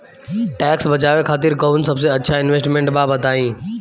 Tax बचावे खातिर कऊन सबसे अच्छा इन्वेस्टमेंट बा बताई?